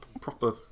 proper